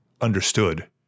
understood